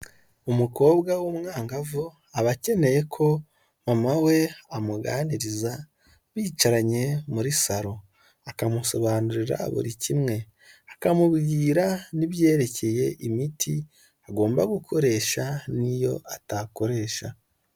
Umukobwa w'umwangavu aba akeneye ko mama we amuganiriza bicaranye muri saro, akamusobanurira buri kimwe akamubwira n'ibyerekeye imiti agomba gukoresha n'iyo atakoresha.